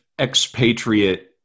expatriate